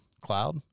cloud